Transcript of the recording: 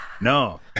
no